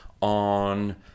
on